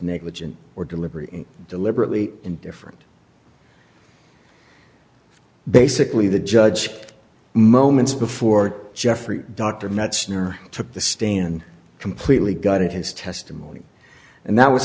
negligent or deliberately deliberately indifferent basically the judge moments before jeffrey dr metzner took the stand completely gutted his testimony and that was